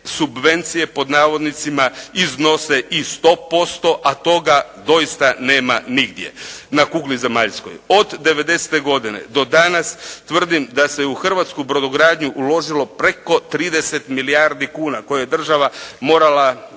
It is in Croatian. "subvencije" pod navodnicima iznose i 100%, a toga doista nema nigdje na kugli zemaljskoj. Od '90. godine do danas tvrdim da se u hrvatsku brodogradnju uložilo preko 30 milijardi kuna koje je država morala